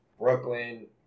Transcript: Brooklyn